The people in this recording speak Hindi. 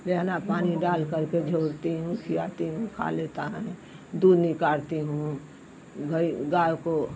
रहना पानी डाल करके झोरती हूँ फियाती हूँ खा लेता हैं दूध निकलती हूँ गइ गाय को